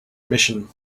mission